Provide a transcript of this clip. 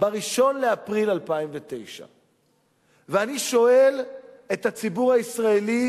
ב-1 באפריל 2009. ואני שואל את הציבור הישראלי